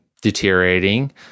deteriorating